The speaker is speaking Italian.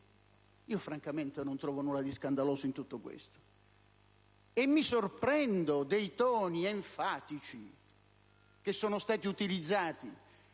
Francamente, non trovo alcunché di scandaloso in tutto questo, e mi sorprendo dei toni enfatici che sono stati utilizzati